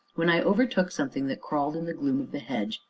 when i overtook something that crawled in the gloom of the hedge,